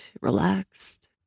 relaxed